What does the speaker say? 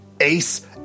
ace